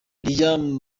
liam